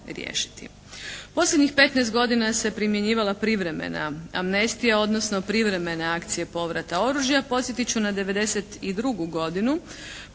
Posljednjih 15 godina se primjenjivala privremena amnestija odnosno privremene akcije povrata oružja. Podsjetit ću na 1992. godinu